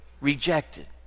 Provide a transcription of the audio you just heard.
rejected